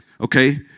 Okay